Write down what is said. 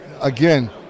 again